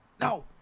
No